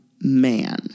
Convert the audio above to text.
man